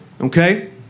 Okay